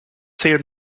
zählt